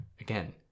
Again